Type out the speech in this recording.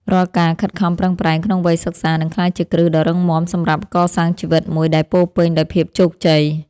រាល់ការខិតខំប្រឹងប្រែងក្នុងវ័យសិក្សានឹងក្លាយជាគ្រឹះដ៏រឹងមាំសម្រាប់កសាងជីវិតមួយដែលពោរពេញដោយភាពជោគជ័យ។